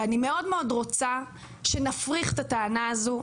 ואני מאוד מאוד רוצה שנפריך את הטענה הזו,